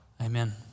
Amen